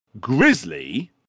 Grizzly